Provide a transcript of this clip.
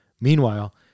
Meanwhile